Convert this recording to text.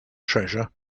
treasure